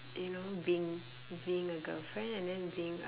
you know being being a girlfriend and then being